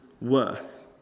worth